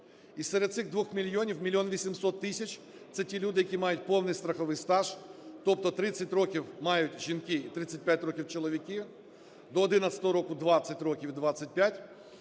І серед цих 2 мільйонів мільйон 800 тисяч - це ті люди, які мають повний страховий стаж, тобто 30 років мають жінки і 35 роки чоловіки, до 11-го року – 20 років і 25,